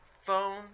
phone